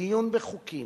דיון בחוקים,